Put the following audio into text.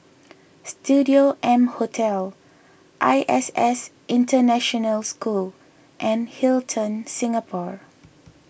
Studio M Hotel I S S International School and Hilton Singapore